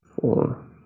four